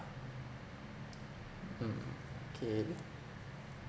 mm K